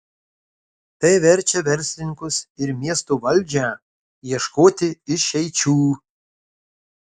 tai verčia verslininkus ir miesto valdžią ieškoti išeičių